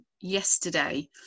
yesterday